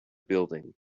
building